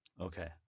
Okay